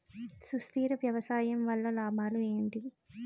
సుస్థిర వ్యవసాయం వల్ల లాభాలు ఏంటి?